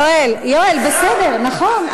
יואל, בסדר, נכון.